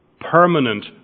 permanent